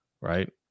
right